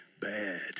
Bad